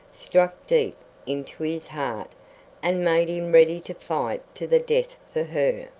struck deep into his heart and made him ready to fight to the death for her.